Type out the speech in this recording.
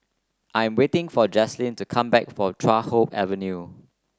I'm waiting for Jaslene to come back from Chuan Hoe Avenue